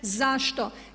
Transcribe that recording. Zašto?